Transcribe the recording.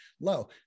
low